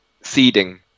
seeding